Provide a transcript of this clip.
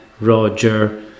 Roger